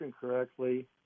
correctly